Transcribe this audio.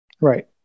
Right